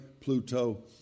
Pluto